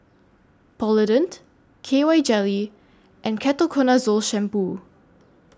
Polident K Y Jelly and Ketoconazole Shampoo